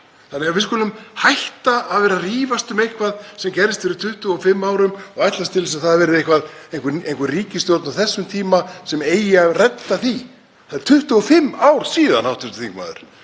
Við skulum hætta að vera að rífast um eitthvað sem gerðist fyrir 25 árum og ætlast til þess að það verði einhver ríkisstjórn á þessum tíma sem eigi að redda því. Það eru 25 ár síðan, hv. þingmaður.